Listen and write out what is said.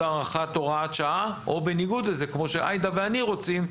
הארכת הוראת שעה או בניגוד לזה כמו שעאידה ואני רוצים,